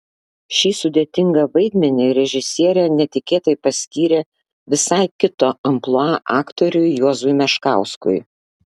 šį sudėtingą vaidmenį režisierė netikėtai paskyrė visai kito amplua aktoriui juozui meškauskui